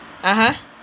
(uh huh)